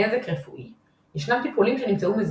נזק רפואי – ישנם טיפולים שנמצאו מזיקים.